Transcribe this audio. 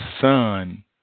son